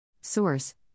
Source